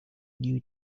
new